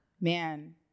Man